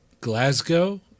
Glasgow